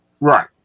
right